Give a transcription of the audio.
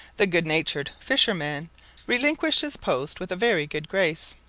the good-natured fisherman relinquished his post with a very good grace,